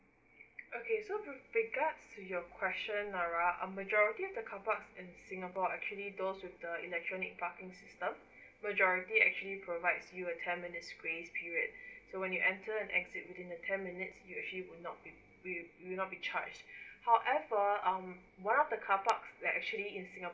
okay so with regards to your question around uh majority of the car park at singapore actually those with the electronic parking system majority actually provides you a ten minutes grace period so when you entered and exceed within the ten minutes you actually will not be will will not be charged however um one of the car park that actually in singapore